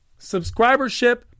subscribership